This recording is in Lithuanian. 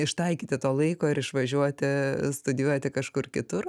ištaikyti to laiko ir išvažiuoti studijuoti kažkur kitur